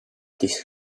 this